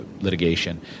litigation